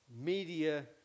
Media